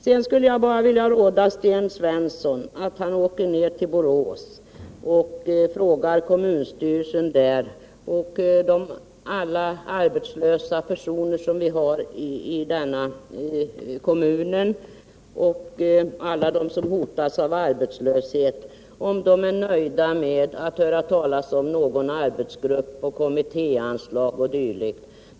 Jag skulle vilja råda Sten Svensson att åka ned till Borås och fråga kommunstyrelsen och alla de arbetslösa personer vi har i denna kommun och alla som hotas av arbetslöshet, om de är nöjda med att höra talas om arbetsgrupper, kommittéanslag o. d.